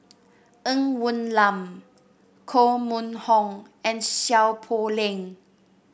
Ng Woon Lam Koh Mun Hong and Seow Poh Leng